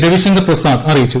രവിശങ്കർ പ്രസാദ് അറിയിച്ചു